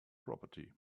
property